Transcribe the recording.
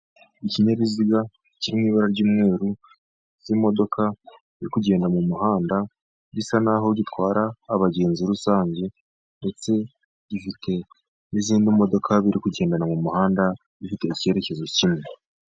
Ikinyabiziga kiri mu ibara ry'umweru, imodoka iri kugenda mu muhanda isa naho itwara abagenzi rusange, ndetse ifite n'izindi modoka biri kugendana mu muhanda zifite icyerekezo kimwe.